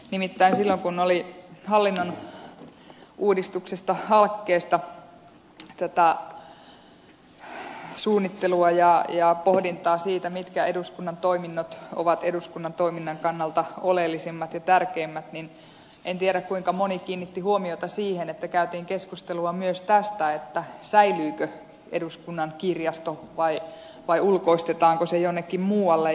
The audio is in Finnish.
nimittäin silloin kun oli hallinnon uudistuksessa halkessa tätä suunnittelua ja pohdintaa siitä mitkä eduskunnan toiminnot ovat eduskunnan toiminnan kannalta oleellisimmat ja tärkeimmät niin en tiedä kuinka moni kiinnitti huomiota siihen että käytiin keskustelua myös tästä säilyykö eduskunnan kirjasto vai ulkoistetaanko se jonnekin muualle